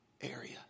area